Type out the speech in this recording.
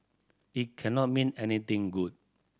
it cannot mean anything good